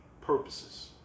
purposes